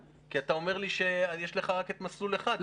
כי אתה אומר לי שיש לך רק את מסלול אחד.